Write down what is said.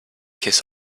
kiss